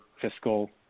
fiscal